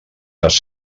les